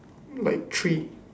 like three